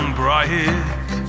bright